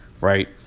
right